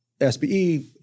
SBE